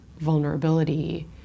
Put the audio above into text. vulnerability